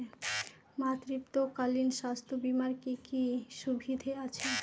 মাতৃত্বকালীন স্বাস্থ্য বীমার কি কি সুবিধে আছে?